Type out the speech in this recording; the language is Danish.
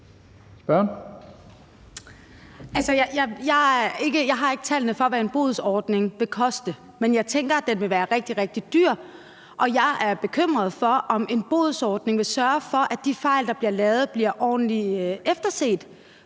Jeg har ikke tallene for, hvad en bodsordning vil koste, men jeg tænker, at den vil være rigtig, rigtig dyr, og jeg er bekymret for, om en bodsordning vil sørge for, at de fejl, der bliver lavet, bliver ordentligt efterset.